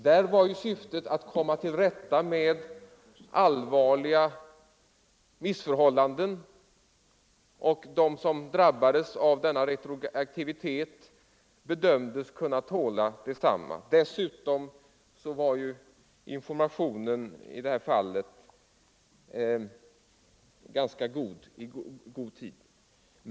Där var syftet att komma till rätta med allvarliga missförhållanden, och de som drabbades av denna retroaktivitet 45 bedömdes kunna tåla densamma. Dessutom lämnades information i det här fallet i ganska god tid.